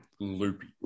loopy